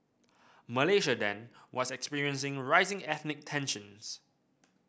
Malaysia then was experiencing rising ethnic tensions